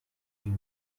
huit